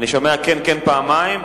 אני שומע "כן, כן" פעמיים.